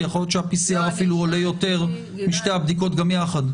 כי יכול להיות שה-PCR אפילו עולה יותר משתי הבדיקות גם יחד.